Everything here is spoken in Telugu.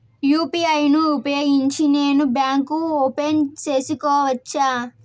యు.పి.ఐ ను ఉపయోగించి నేను బ్యాంకు ఓపెన్ సేసుకోవచ్చా?